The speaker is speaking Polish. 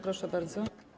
Proszę bardzo.